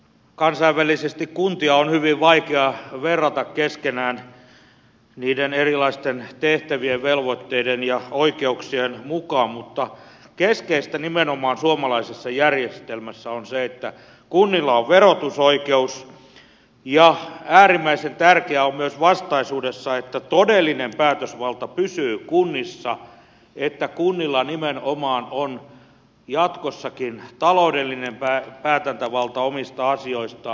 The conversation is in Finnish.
kansainvälisesti kuntia on hyvin vaikea verrata keskenään niiden erilaisten tehtävien velvoitteiden ja oikeuksien mukaan mutta keskeistä nimenomaan suomalaisessa järjestelmässä on se että kunnilla on verotusoikeus ja äärimmäisen tärkeää on myös vastaisuudessa että todellinen päätösvalta pysyy kunnissa että kunnilla nimenomaan on jatkossakin taloudellinen päätäntävalta omista asioistaan